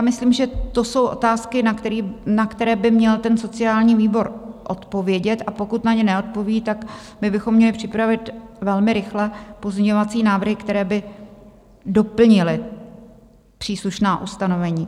Myslím, že to jsou otázky, na které by měl ten sociální výbor odpovědět, a pokud na ně neodpoví, tak bychom měli připravit velmi rychle pozměňovací návrhy, které by doplnily příslušná ustanovení.